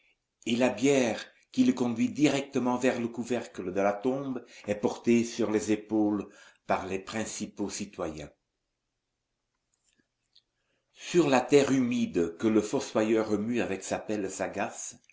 et la bière qui le conduit directement vers le couvercle de la tombe est portée sur les épaules par les principaux citoyens sur la terre humide que le fossoyeur remue avec sa pelle sagace